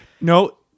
no